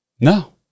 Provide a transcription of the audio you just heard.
No